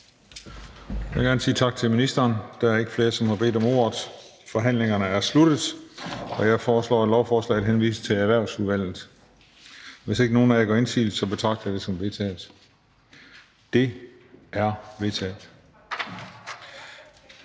Jeg vil gerne sige tak til ministeren. Der er ikke flere, som har bedt om ordet, så forhandlingen er sluttet. Jeg foreslår, at lovforslaget henvises til Erhvervsudvalget. Hvis ikke nogen af jer gør indsigelse, betragter jeg det som vedtaget. Det er vedtaget.